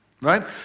right